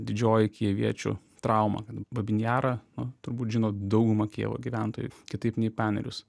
didžioji kijeviečių trauma kad babyn jarą nu turbūt žino dauguma kijevo gyventojų kitaip nei panerius